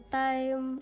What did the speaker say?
time